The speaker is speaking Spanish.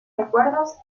recuerdos